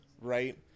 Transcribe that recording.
right